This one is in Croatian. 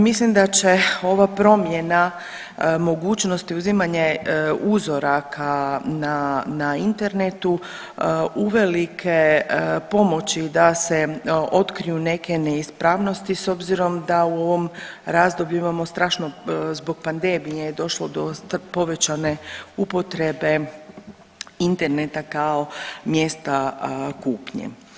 Mislim da će ova promjena mogućnosti uzimanja uzoraka na internatu uvelike pomoći da se otkriju neke neispravnost s obzirom da u ovom razdoblju imamo strašno zbog pandemije je došlo do povećane upotrebe interneta kao mjesta kupnje.